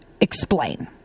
explain